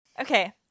Okay